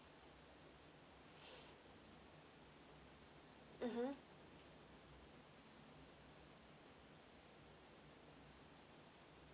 mmhmm